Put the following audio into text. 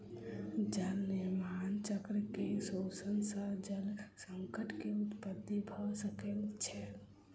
जल निर्माण चक्र के शोषण सॅ जल संकट के उत्पत्ति भ सकै छै